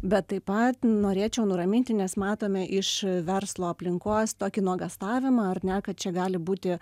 bet taip pat norėčiau nuraminti nes matome iš verslo aplinkos tokį nuogąstavimą ar ne kad čia gali būti